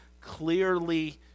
clearly